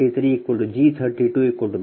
5 G 13 G 31 1